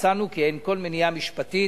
מצאנו כי אין כל מניעה משפטית